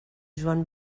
joan